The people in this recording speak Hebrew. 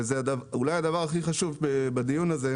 וזה אולי הדבר הכי חשוב בדיון הזה,